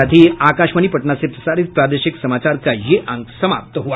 इसके साथ ही आकाशवाणी पटना से प्रसारित प्रादेशिक समाचार का ये अंक समाप्त हुआ